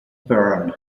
burn